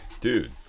Dude